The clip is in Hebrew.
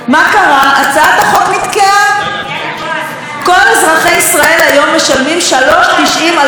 כל אזרחי ישראל היום משלמים 3.90 על כל כרטיס בגלל החבר של מירי רגב.